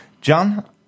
John